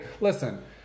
listen